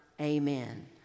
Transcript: Amen